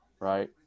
Right